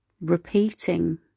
repeating